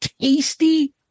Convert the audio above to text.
tasty